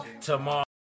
tomorrow